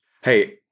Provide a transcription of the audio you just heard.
hey